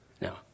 Now